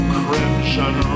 crimson